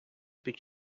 під